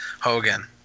Hogan